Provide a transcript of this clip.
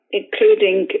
including